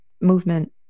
movement